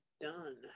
done